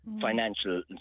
financial